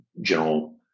general